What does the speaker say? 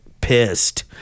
Pissed